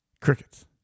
Crickets